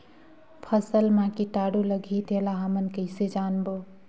फसल मा कीटाणु लगही तेला हमन कइसे जानबो?